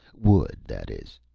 wood, that is.